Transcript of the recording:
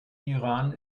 iran